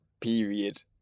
period